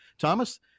Thomas